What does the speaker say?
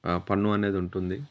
పన్ను అనేది ఉంటుంది